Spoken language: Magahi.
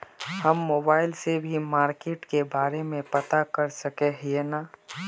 हम मोबाईल से भी मार्केट के बारे में पता कर सके है नय?